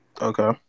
Okay